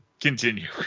continue